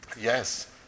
yes